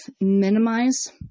minimize